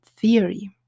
theory